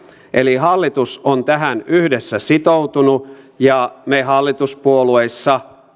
eli hallitus on tähän yhdessä sitoutunut ja me hallituspuolueissa